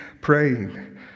praying